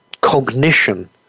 cognition